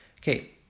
Okay